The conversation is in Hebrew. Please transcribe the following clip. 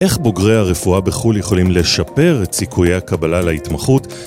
איך בוגרי הרפואה בחו"ל יכולים לשפר את סיכויי הקבלה להתמחות?